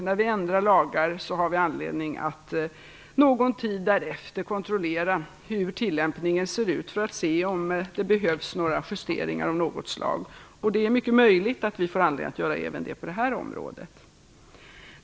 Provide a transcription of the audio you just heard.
När vi ändrar lagar har vi anledning att någon tid därefter kontrollera hur tillämpningen ser ut för att se om det behövs några justeringar av något slag. Det är mycket möjligt att vi framgent får anledning att göra det även på det här området.